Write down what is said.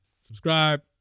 subscribe